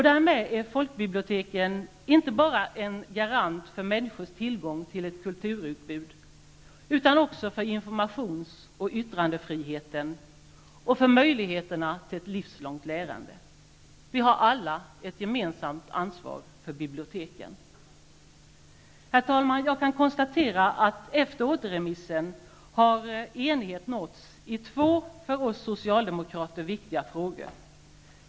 Därmed är folkbiblioteken inte bara en garant för människors tillgång till ett kulturutbud utan också för informations och yttrandefriheten och för möjligheterna till ett livslångt lärande. Vi har alla ett gemensamt ansvar för biblioteken! Herr talman! Jag kan konstatera att efter återremissen har enighet nåtts i två -- för oss socialdemokrater -- viktiga frågor.